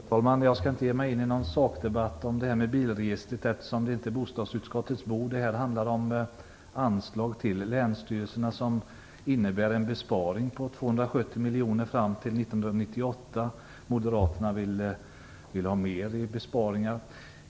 Herr talman! Jag skall inte ge mig in i någon sakdebatt i frågan om bilregistret, som inte hör till bostadsutskottets område. Det här ärendet gäller anslaget till länsstyrelserna och innebär en besparing 270 miljoner kronor fram till 1998. Moderaterna vill göra större besparingar.